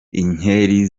inkeri